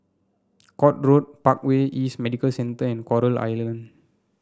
Court Road Parkway East Medical Centre and Coral Island